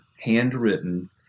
handwritten